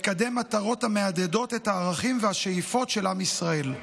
לקדם מטרות המהדהדות את הערכים והשאיפות של עם ישראל.